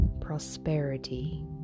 prosperity